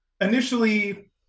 initially